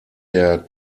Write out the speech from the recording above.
der